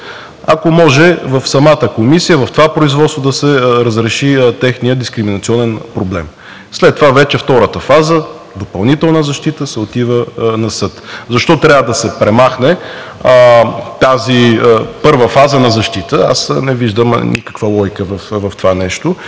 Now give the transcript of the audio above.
ако може в самата комисия – в това производство, да се разреши техният дискриминационен проблем. След това вече, за втората фаза – допълнителна защита, се отива на съд. Защо трябва да се премахне първата фаза на защита? Аз не виждам никаква логика в това.